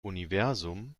universum